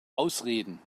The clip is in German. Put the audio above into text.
ausreden